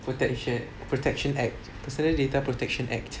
protection protection act personal data protection act